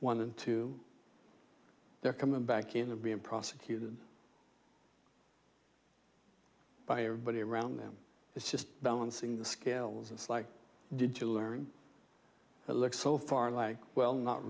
one and two they're coming back into being prosecuted by everybody around them it's just balancing the scales it's like did you learn to look so far like well not